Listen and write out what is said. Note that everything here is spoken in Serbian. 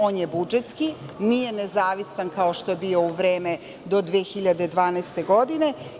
On je budžetski, nije nezavistan, kao što je bio u vreme do 2012. godine.